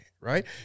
right